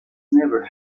never